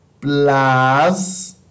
plus